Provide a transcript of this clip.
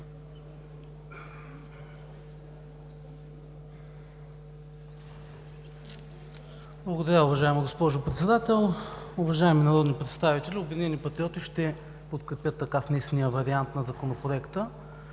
Благодаря. Уважаема госпожо Председател, уважаеми народни представители! „Обединени патриоти“ ще подкрепят така внесения вариант на Законопроекта.